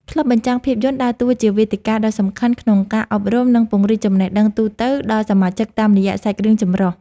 ក្លឹបបញ្ចាំងភាពយន្តដើរតួជាវេទិកាដ៏សំខាន់ក្នុងការអប់រំ និងពង្រីកចំណេះដឹងទូទៅដល់សមាជិកតាមរយៈសាច់រឿងចម្រុះ។